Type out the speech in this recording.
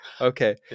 Okay